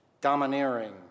domineering